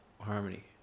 harmony